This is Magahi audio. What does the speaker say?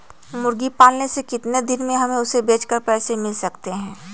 मुर्गी पालने से कितने दिन में हमें उसे बेचकर पैसे मिल सकते हैं?